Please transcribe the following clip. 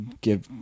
give